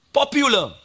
popular